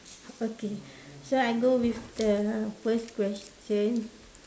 okay so I go with the first question